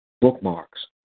bookmarks